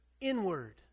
inward